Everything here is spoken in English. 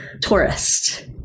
tourist